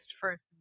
first